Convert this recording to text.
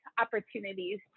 opportunities